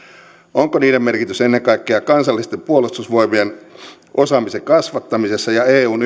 onko niiden merkitys ennen kaikkea kansallisten puolustusvoimien osaamisen kasvattamisessa ja eun